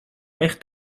echt